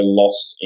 lost